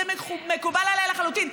זה מקובל עליי לחלוטין.